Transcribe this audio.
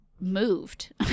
moved